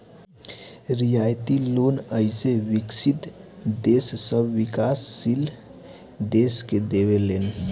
रियायती लोन अइसे विकसित देश सब विकाशील देश के देवे ले सन